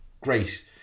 great